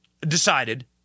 decided